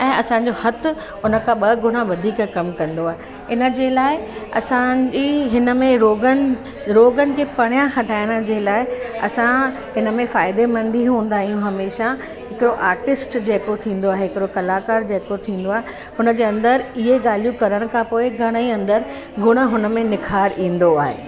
ऐं असांजो हथ उन खां ॿ गुना वधीक कमु कंदो आहे इन जे लाइ असां बि हिन में रोगनि रोगनि खे परियां हटाइण जे लाइ असां हिन में फ़ाइदेमंद ई हूंदा आहियूं हमेशह हिकु आर्टिस्ट जेको थींदो आहे हिकिड़ो कलाकार जेको थींदो आहे हुन जे अंदरि इहे ॻाल्हियूं करण खां पोइ घणेई अंदरि गुण हुन में निखारु ईंदो आहे